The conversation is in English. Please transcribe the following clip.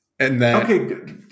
Okay